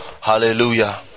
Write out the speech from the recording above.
Hallelujah